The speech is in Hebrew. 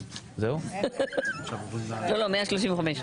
אני חושבת ששנינו רוצים את טובת המדינה ואני שואלת את עצמי רגע,